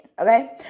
okay